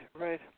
right